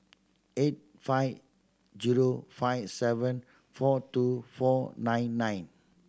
eight five zero five seven four two four nine nine